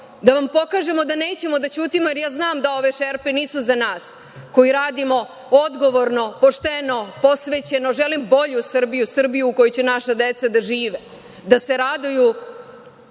da vam pokažemo da nećemo da ćutimo, jer ja znam da ove šerpe nisu za nas koji radimo odgovorno, pošteno, posvećeno, želim bolju Srbiju, Srbiju u koju će naša deca da žive, da se raduju,